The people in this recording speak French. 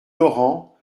laurent